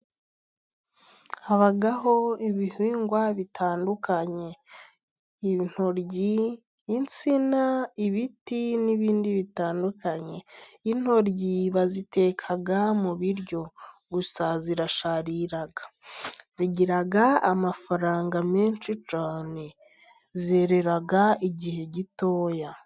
Habaho ibihingwa bitandukanye: intoryi, insina, ibiti n'ibindi bitandukanye. Intoryi baziteka mu biryo, gusa zirasharira. Zigira amafaranga menshi cyane, zerera igihe gitoya.